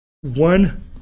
one